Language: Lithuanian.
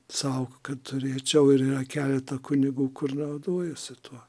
sau kad turėčiau ir yra keletą kunigų kur naudojasi tuo